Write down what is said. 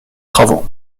travaux